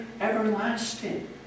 everlasting